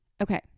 okay